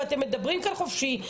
ואתם מדברים כאן חופשי,